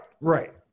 right